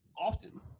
often